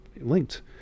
linked